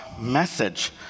message